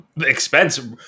expense